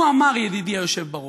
ידידי היושב בראש,